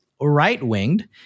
right-winged